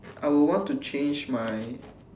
I will want to change my